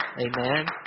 amen